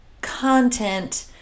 content